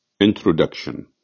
Introduction